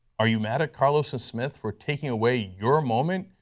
are you mad at carlos and smith for taking away your moment?